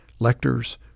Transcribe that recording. lectors